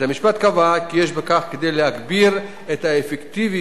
בית-המשפט קבע כי יש בכך כדי להגביר את האפקטיביות